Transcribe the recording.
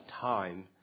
time